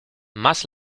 más